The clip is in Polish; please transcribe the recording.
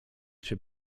cię